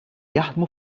jaħdmu